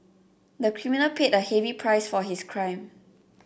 the criminal paid a heavy price for his crime